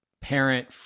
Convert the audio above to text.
parent